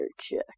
check